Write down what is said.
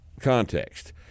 Context